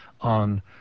on